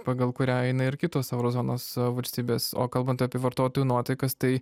pagal kurią eina ir kitos euro zonos valstybės o kalbant apie vartotojų nuotaikas tai